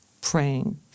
praying